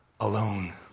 alone